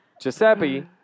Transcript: Giuseppe